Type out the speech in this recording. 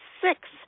six